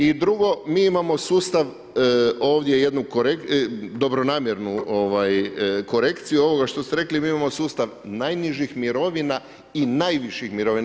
I drugo, mi imamo sustav ovdje jednu dobronamjernu korekciju ovoga što ste rekli mi imamo sustav najnižih mirovina i najviših mirovina.